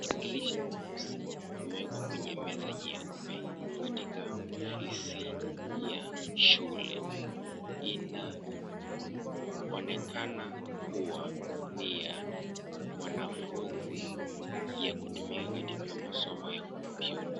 Tarakilishi nyeusi imewekwa kwenye meza nyeupe katika ofisi ya shule. Inaonekana kuwa ni ya wanafunzi ya kutumika katika masomo ya kompyuta.